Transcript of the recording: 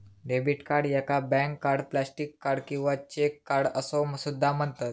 debit card याका bank card, plastic card किंवा cheque card असो सुद्धा म्हणतत